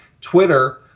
Twitter